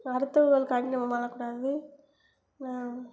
அடுத்தவகளுக்காண்டி நம்ம வாழக்கூடாது